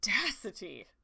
audacity